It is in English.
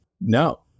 no